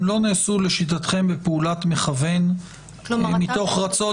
הן לא נעשו לשיטתכם בפעולת מכוון מתוך רצון